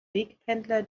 wegpendler